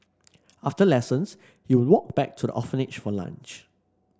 after lessons he walk back to the orphanage for lunch